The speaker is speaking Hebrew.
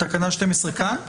תקנה 12 כאן?